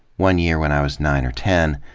one year when i was nine or ten,